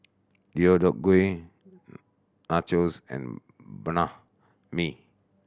Deodeok Gui Nachos and Banh Mi